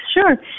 Sure